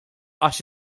għax